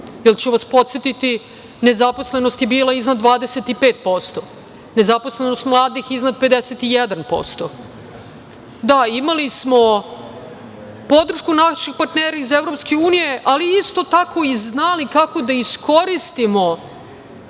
jer ću vas podsetiti, nezaposlenost je bila iznad 25%, nezaposlenost mladih iznad 51%. Imali smo podršku naših partnera iz EU, ali isto tako i znali kako da iskoristimo